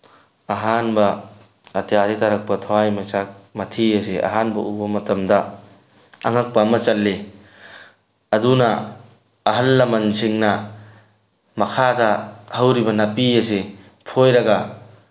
ꯑꯍꯥꯟꯕ ꯑꯇꯤꯌꯥꯗꯒꯤ ꯇꯥꯔꯛꯄ ꯊꯋꯥꯟꯃꯤꯆꯥꯛ ꯃꯊꯤ ꯑꯁꯦ ꯑꯍꯥꯟꯕ ꯎꯕ ꯃꯇꯝꯗ ꯑꯉꯛꯄ ꯑꯃ ꯆꯜꯂꯤ ꯑꯗꯨꯅ ꯑꯍꯜ ꯂꯃꯟ ꯁꯤꯡꯅ ꯃꯈꯥꯗ ꯍꯧꯔꯤꯕ ꯅꯥꯄꯤ ꯑꯁꯤ ꯐꯣꯏꯔꯒ